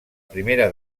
primera